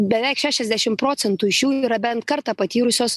beveik šešiasdešim procentų iš jų yra bent kartą patyrusios